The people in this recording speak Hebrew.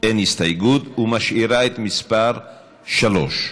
אין הסתייגות, ומשאירה את מס' 3,